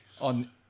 on